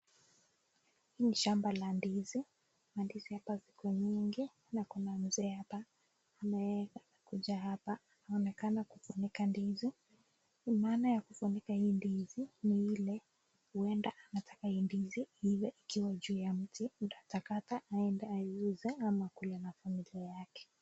Hii ni shamba la ndizi. Ndizi hapa ziko nyingi na kuna mzee hapa ameweza kuja hapa. Anaonekana kufunika ndizi. Maana ya kufunika hii ndizi ni ile huenda anataka hii ndizi iwe ikiwa juu ya mti muda takata aende auuze ama kule na familia yake.